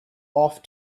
off